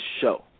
show